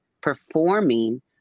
performing